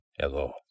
Hello